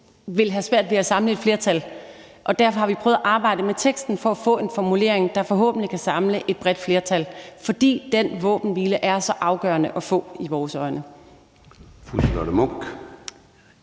vil være svært at samle et flertal. Derfor har vi prøvet at arbejde med teksten for at få en formulering, der forhåbentlig kan samle et bredt flertal, for den våbenhvile er i vores øjne så afgørende